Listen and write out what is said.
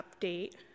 update